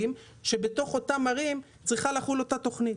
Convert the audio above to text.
אנחנו מדברים על רשימת ערים שבהן צריכה לחול אותה תוכנית.